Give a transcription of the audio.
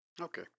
Okay